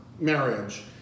marriage